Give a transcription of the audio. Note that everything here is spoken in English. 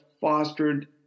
fostered